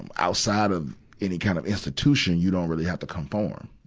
and outside of any kind of institution, you don't really have to conform,